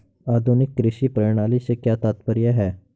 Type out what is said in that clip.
आधुनिक कृषि प्रणाली से क्या तात्पर्य है?